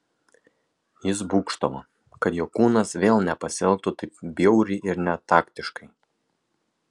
jis būgštavo kad jo kūnas vėl nepasielgtų taip bjauriai ir netaktiškai